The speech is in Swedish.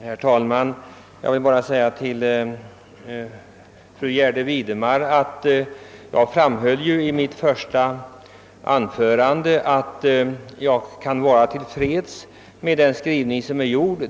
Herr talman! Jag vill endast säga till fru Gärde Widemar att jag i mitt första anförande framhöll att jag kan vara till freds med den skrivning som gjorts.